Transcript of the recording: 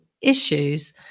issues